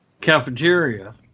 cafeteria